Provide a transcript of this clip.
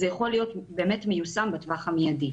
זה יכול להיות מיושם בטווח המידי.